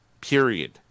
Period